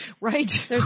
right